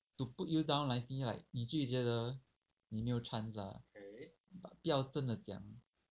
to put you down nicely like 你自己觉得你没有 chance lah but 不要真的讲